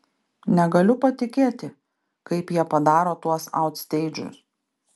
negaliu patikėti kaip jie padaro tuos autsteidžus